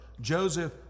Joseph